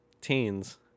teens